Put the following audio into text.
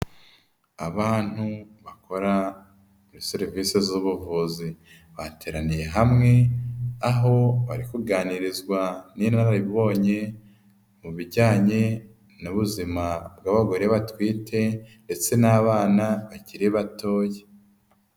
Abantu bakora muri serivisi z'ubuvuzi bateraniye hamwe aho bari kuganirizwa n'inararibonye mu bijyanye n'ubuzima bw'abagore batwite ndetse n'abana bakiri batoya.